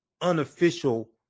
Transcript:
unofficial